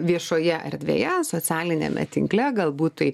viešoje erdvėje socialiniame tinkle galbūt tai